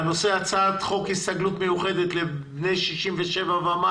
על סדר היום הצעת חוק מענק הסתגלות מיוחד לבני 67 ומעלה